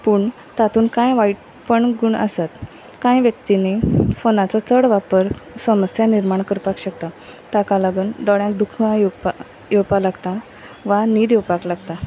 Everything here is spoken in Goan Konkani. पूण तातूंत कांय वायटपण गूण आसात कांय व्यक्तीनी फोनाचो चड वापर समस्या निर्माण करपाक शकता ताका लागून दोळ्यांत दुखां येवपा येवपा लागता वा न्हीद येवपाक लागता